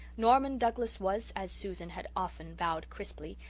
norman douglas was, as susan had often vowed crisply,